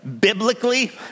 biblically